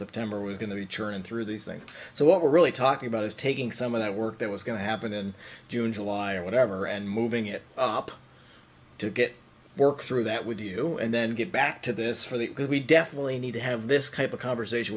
september was going to be churning through these things so what we're really talking about is taking some of that work that was going to happen in june july or whatever and moving it up to get work through that with you and then get back to this for the good we definitely need to have this couple conversation